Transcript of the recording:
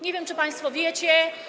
Nie wiem, czy państwo wiecie.